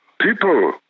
People